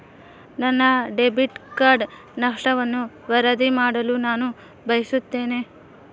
ನನ್ನ debit card ನಷ್ಟವನ್ನು ವರದಿ ಮಾಡಲು ನಾನು ಬಯಸುತ್ತೇನೆ